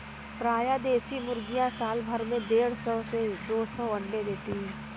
प्रायः देशी मुर्गियाँ साल भर में देढ़ सौ से दो सौ अण्डे देती है